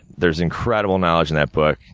there's incredible knowledge in that book.